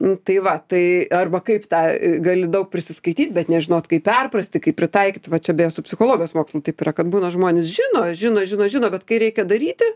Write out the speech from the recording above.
nu tai va tai arba kaip tą gali daug prisiskaityt bet nežinot kaip perprasti kaip pritaikyt va čia beje su psichologijos mokslu taip yra kad būna žmonės žino žino žino žino bet kai reikia daryti